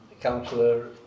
Councillor